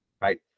right